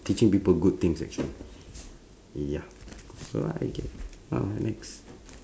teaching people good things actually ya so I gue~ uh next